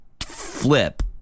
flip